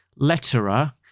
letterer